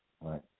Right